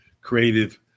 creative